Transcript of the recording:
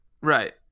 Right